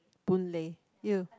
Boon Lay you